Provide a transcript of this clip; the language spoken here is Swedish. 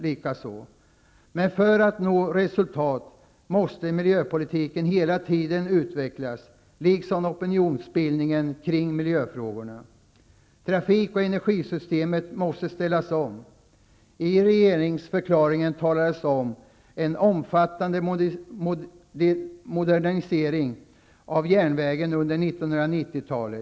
Men för att man skall nå resultat måste miljöpolitiken och opinionsbildningen kring miljöfrågorna hela tiden utvecklas. Trafik och energisystemet måste ställas om. I regeringsförklaringen talas det om en omfattande modernisering av järnvägen under 1990-talet.